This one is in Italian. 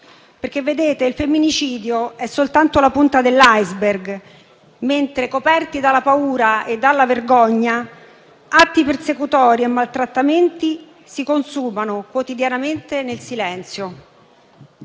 escluso. Il femminicidio è soltanto la punta dell'*iceberg*, mentre coperti dalla paura e dalla vergogna gli atti persecutori e i maltrattamenti si consumano quotidianamente nel silenzio.